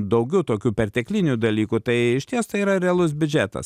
daugiau tokių perteklinių dalykų tai išties tai yra realus biudžetas